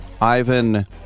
Ivan